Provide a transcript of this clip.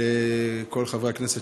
לכל חברי הכנסת,